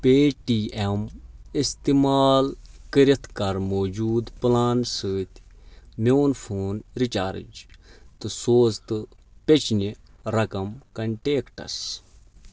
پے T M استعمال کٔرِتھ کَر موٗجوٗدٕ پلانہٕ سۭتۍ میون فون ریچارٕج تہٕ سوز تہٕ پیٚچنہِ رَقم کنٹیکٹَس